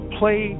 play